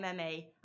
MMA